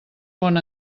pon